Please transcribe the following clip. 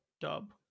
Dub